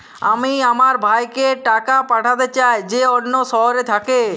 আমি আমার ভাইকে টাকা পাঠাতে চাই যে অন্য শহরে থাকে